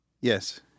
Yes